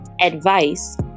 advice